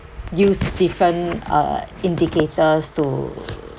use different uh indicators to